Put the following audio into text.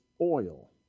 oil